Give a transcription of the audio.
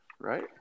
right